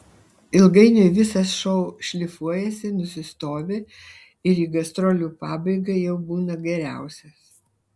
ilgainiui visas šou šlifuojasi nusistovi ir į gastrolių pabaigą jau būna geriausias